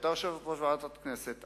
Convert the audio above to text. שהיתה יושבת-ראש ועדת הכנסת,